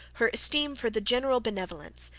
her esteem for the general benevolence,